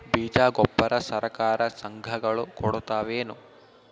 ಬೀಜ ಗೊಬ್ಬರ ಸರಕಾರ, ಸಂಘ ಗಳು ಕೊಡುತಾವೇನು?